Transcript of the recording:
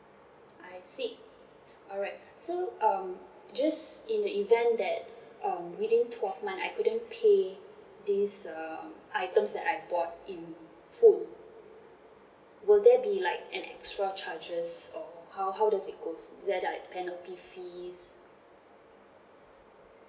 I see alright so um just in the event that um within twelve month I couldn't pay this um items that I bought in full will there be like an extra charges or how how does it goes is there like penalty fees